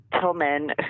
Tillman